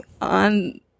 on